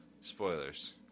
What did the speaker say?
spoilers